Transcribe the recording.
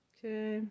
Okay